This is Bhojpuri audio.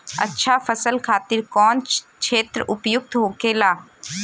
अच्छा फसल खातिर कौन क्षेत्र उपयुक्त होखेला?